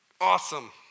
awesome